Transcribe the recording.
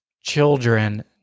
children